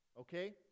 Okay